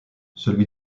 celui